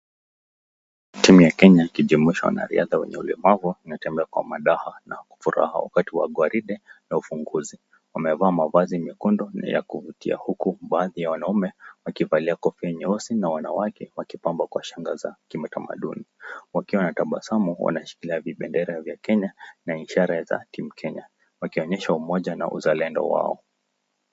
Timu ya Kenya ikijumuisha wanariadha wenye ulemavu; wanatembea kwa madaha na furaha wakati wa gwaride na ufunguzi. Wamevaa mavazi mekundu na ya kuvutia huku baadhi ya wanaume wakivalia kofia nyeusi na wanawake wakipambwa kwa shanga za kimatamaduni; wakiwa na tabasamu wanashikilia vibendera vya Kenya na ishara za ki-mkenya wakionyesha umoja na uzalendo wao.